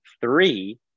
three